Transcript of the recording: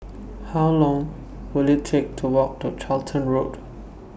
How Long Will IT Take to Walk to Charlton Road